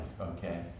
okay